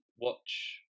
watch